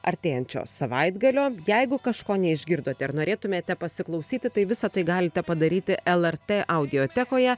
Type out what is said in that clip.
artėjančio savaitgalio jeigu kažko neišgirdote ar norėtumėte pasiklausyti tai visa tai galite padaryti el er tė audiotekoje